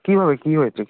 কীভাবে কী হয়েছে